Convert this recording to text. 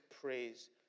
praise